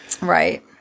Right